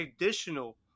additional